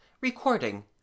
Recording